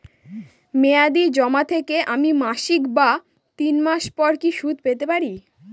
মেয়াদী জমা থেকে আমি মাসিক বা তিন মাস পর কি সুদ পেতে পারি?